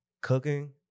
cooking